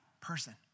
person